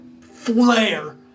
flare